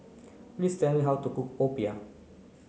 please tell me how to cook Popiah